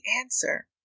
answer